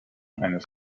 eines